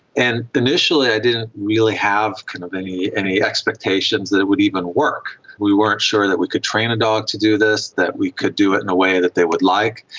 and initially i didn't really have kind of any any expectations that it would even work. we weren't sure that we could train a dog to do this, that we could do it in a way that they would like.